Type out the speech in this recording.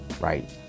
Right